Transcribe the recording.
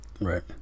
right